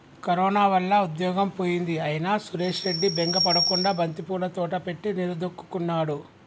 corona వల్ల ఉద్యోగం పోయింది అయినా సురేష్ రెడ్డి బెంగ పడకుండా బంతిపూల తోట పెట్టి నిలదొక్కుకున్నాడు